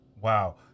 Wow